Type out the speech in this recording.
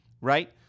right